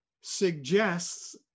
suggests